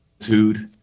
attitude